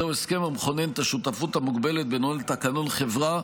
זהו הסכם המכונן את השותפות המוגבלת בדומה לתקנון חברה,